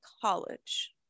college